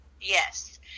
yes